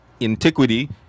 antiquity